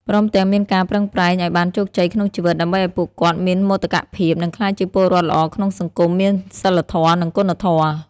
ព្រមទាំងមានការប្រឹងប្រែងឲ្យបានជោគជ័យក្នុងជីវិត ដើម្បីឲ្យពួកគាត់មានមោទកភាព និងក្លាយជាពលរដ្ឋល្អក្នុងសង្គម មានសីលធម៌ និងគុណធម៌។